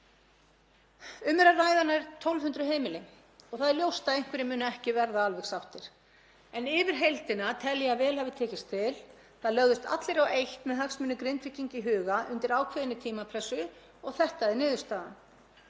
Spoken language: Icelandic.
Um er að ræða nær 1.200 heimili og það er ljóst að einhverjir munu ekki verða alveg sáttir en yfir heildina tel ég að vel hafi tekist til. Það lögðust allir á eitt með hagsmuni Grindvíkinga í huga undir ákveðinni tímapressu og þetta er niðurstaðan.